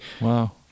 Wow